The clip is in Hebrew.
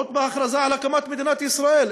עוד בהכרזה על הקמת מדינת ישראל.